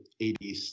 80s